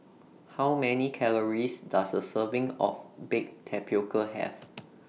How Many Calories Does A Serving of Baked Tapioca Have